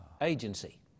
agency